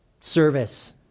service